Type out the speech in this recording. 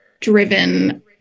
driven